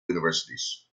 universities